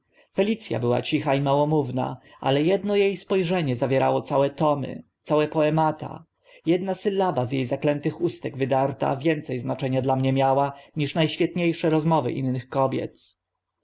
a była cicha i małomówna ale edno e spo rzenie zawierało całe tomy całe poemata edna sylaba z e zaklętych ustek wydarta więce znaczenia dla mnie miała niż na świetnie sze rozmowy innych kobiet